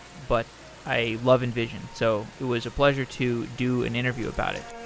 but i love invision. so it was a pleasure to do an interview about it.